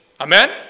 Amen